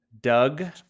Doug